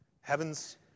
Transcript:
Heavens